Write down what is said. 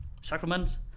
sacraments